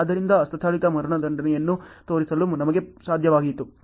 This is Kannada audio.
ಆದ್ದರಿಂದ ಹಸ್ತಚಾಲಿತ ಮರಣದಂಡನೆಗಳನ್ನು ತೋರಿಸಲು ನಮಗೆ ಸಾಧ್ಯವಾಯಿತು